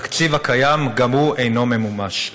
התקציב הקיים, גם הוא אינו ממומש.